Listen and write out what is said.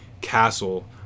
castle